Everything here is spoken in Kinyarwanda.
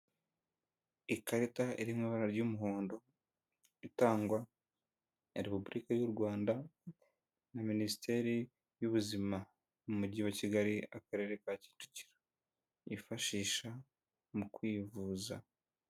Ikarita iri mu ibara ry'umuhondo, itangwa na repubulika y u Rwanda, minisiteri y'ubuzima mu mujyi wa Kigali, akarere ka Kicukiro, yifashishwa mu kwivuza.